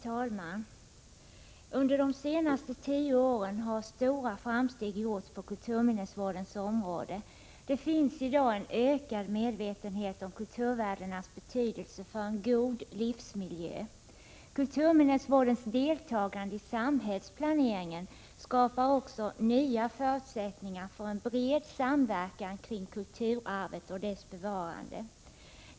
Herr talman! Under de senaste tio åren har stora framsteg gjorts på kulturminnesvårdens område. Det finns i dag en ökad medvetenhet om kulturvärdenas betydelse för en god livsmiljö. Kulturminnesvårdens deltagande i samhällsplaneringen skapar också nya förutsättningar för en bred samverkan kring kulturarvet och dess bevarande.